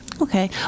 Okay